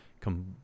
come